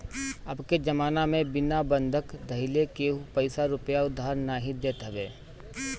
अबके जमाना में बिना बंधक धइले केहू पईसा रूपया उधार नाइ देत हवे